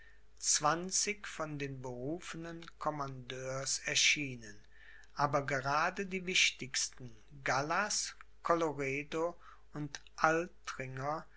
zwanzig von den berufenen commandeurs erschienen aber gerade die wichtigsten gallas colloredo und altringer